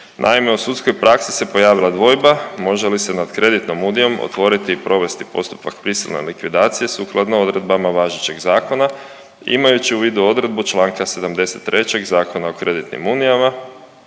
Naime, u sudskoj praksi se pojavila dvojba može li se nad kreditnom unijom otvoriti i provesti postupak prisilne likvidacije sukladno odredbama važećeg zakona imajući u vidu odredbu Članka 73. Zakona o kreditnim unijama